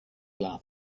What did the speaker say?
laugh